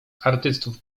artystów